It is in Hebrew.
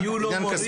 היו לו מורים?